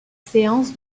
séance